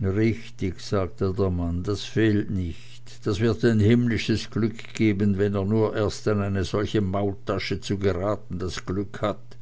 richtig sagte der mann das fehlt nicht das wird ein himmlisches glück geben wenn er nur erst an eine solche maultasche zu geraten das unglück hat